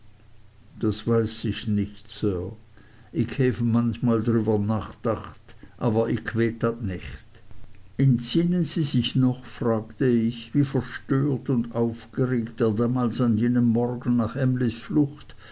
das weiß ich nicht sir ick heww manchmal drüwer nachdacht awer ick weet dat nich entsinnen sie sich noch fragte ich wie verstört und aufgeregt er damals an jenem morgen nach emlys flucht